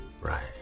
Right